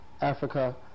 Africa